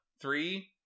Three